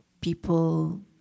people